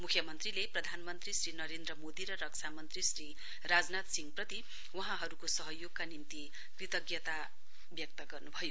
मुख्यमन्त्रीले प्रधानमन्त्री श्री नरेन्द्र मोदी र रक्षा मन्त्री श्री राजनाथ सिंहप्रति वहाँहरुको सहयोगका निम्ति कृतज्ञता प्राप्त गर्नुभयो